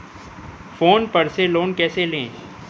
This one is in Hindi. फोन पर से लोन कैसे लें?